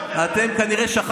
מי ישמור על